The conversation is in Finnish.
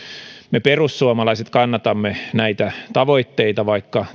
me perussuomalaiset kannatamme näitä tavoitteita vaikka